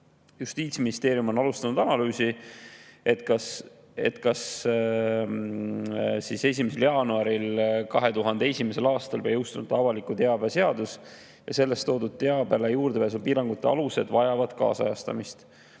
Justiitsministeerium on alustanud analüüsi, kas 1. jaanuaril 2001. aastal jõustunud avaliku teabe seadus ja selles toodud teabele juurdepääsu piirangute alused vajavad kaasajastamist.